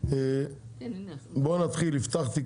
ביחד עם דיכטר ואבוטבול אני יודע שפניכם